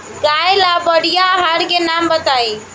गाय ला बढ़िया आहार के नाम बताई?